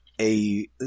a-